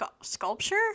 sculpture